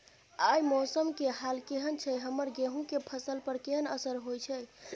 आय मौसम के हाल केहन छै हमर गेहूं के फसल पर केहन असर होय छै?